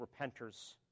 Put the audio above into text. repenters